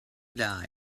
die